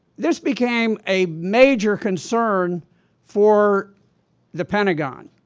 this became a major concern for the pentagon.